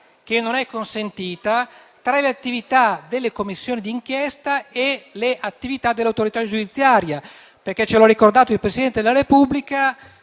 che non è consentita, tra le attività delle Commissioni di inchiesta e le attività dell'autorità giudiziaria. Come ci ha ricordato il Presidente della Repubblica,